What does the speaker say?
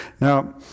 Now